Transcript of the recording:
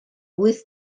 wyth